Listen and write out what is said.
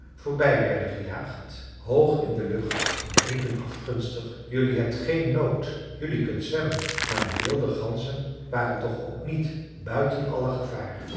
voorbij werden gejaagd hoog in de lucht riepen afgunstig jelui hebt geen nood jelui kunt zwemmen maar de wilde ganzen waren toch ook niet buiten alle gevaar